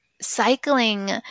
cycling